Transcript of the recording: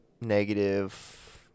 negative